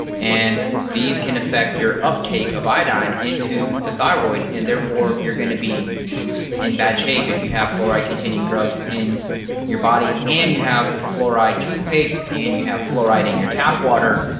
and these can affect your uptake of iodine into the thyroid and therefore you're gonna be in bad shape if you have fluoride containing drug in your body, and you have fluoride toothpaste, and you have fluoride in your tap water,